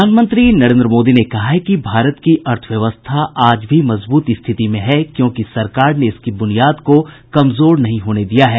प्रधानमंत्री नरेंद्र मोदी ने कहा है कि भारत की अर्थव्यवस्था आज भी मजबूत स्थिति में है क्योंकि सरकार ने इसकी ब्रनियाद को कमजोर नहीं होने दिया है